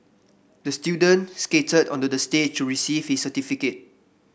the student skated onto the stage to receive his certificate